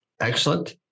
Excellent